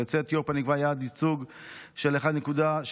ליוצאי אתיופיה נקבע יעד ייצוג של 1.7%,